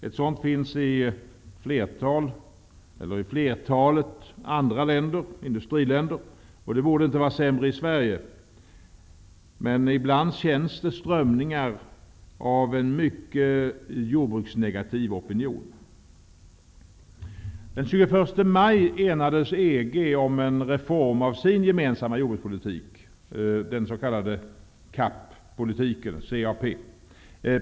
Ett sådant finns i flertalet andra industriländer, och det borde inte vara sämre i Sverige. Men ibland känns det strömmningar av en mycket jordbruksnegativ opinion. Den 21 maj enades EG om en reform av sin gemensamma jordbrukspolitik, den s.k. CAP politiken.